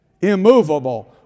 immovable